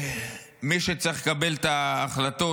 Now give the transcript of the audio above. שמי שצריך לקבל את ההחלטות,